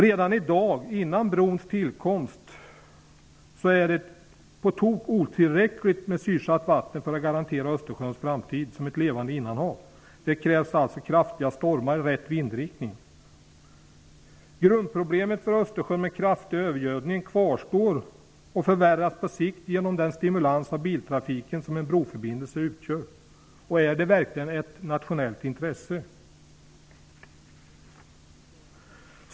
Redan i dag, före brons tillkomst, finns det på tok för litet syresatt vatten för att garantera Östersjöns framtid som ett levande innanhav. Det krävs kraftiga stormar i rätt vindriktning. Grundproblemet för Östersjön med kraftig övergödning kvarstår dock och förvärras på sikt genom den stimulans av biltrafiken som en broförbindelse utgör. Är bron verkligen ett nationellt intresse?